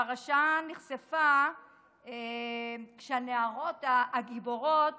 הפרשה נחשפה כשהנערות הגיבורות